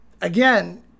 again